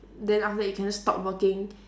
then after that you can just stop working